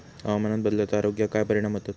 हवामान बदलाचो आरोग्याक काय परिणाम होतत?